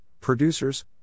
producers